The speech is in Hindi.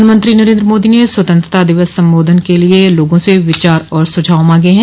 प्रधानमंत्री नरेंद्र मोदी ने स्वतंत्रता दिवस संबोधन के लिए लोगों से विचार और सुझाव मांगे हैं